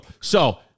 So-